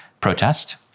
protest